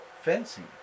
fencing